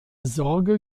sorge